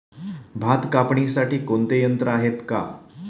भात कापणीसाठी कोणते यंत्र आहेत का?